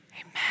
Amen